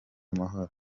amahoro